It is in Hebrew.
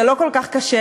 זה לא כל כך קשה,